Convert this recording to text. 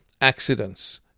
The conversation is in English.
accidents